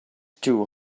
too